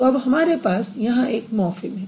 तो अब हमारे पास यहाँ एक मॉर्फ़िम है